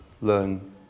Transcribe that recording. learn